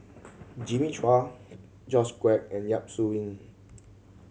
Jimmy Chua George Quek and Yap Su Yin